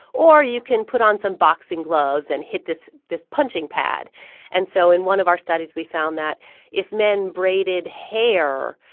or you can put on some boxing gloves and hit this this punching pad and so in one of our studies, we found that if men braided hair,